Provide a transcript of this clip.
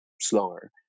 slower